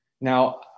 Now